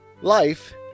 Life